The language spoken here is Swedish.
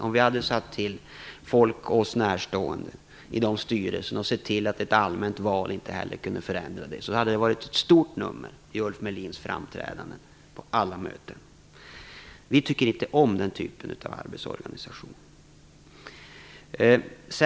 Om vi hade tillsatt oss närstående personer i dessa styrelser och sett till att ett allmänt val inte heller kunde förändra det skulle det ha varit ett stort nummer i Ulf Melins framträdanden på alla möten. Vi tycker inte om den typen av arbetsorganisation.